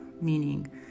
meaning